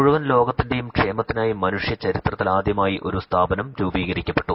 മുഴുവൻ ലോകത്തിന്റെയും ക്ഷേമത്തിനായി മനുഷ്യ ചരിത്രത്തിൽ ആദ്യമായി ഒരു സ്ഥാപനം രൂപീകരിക്കപ്പെട്ടു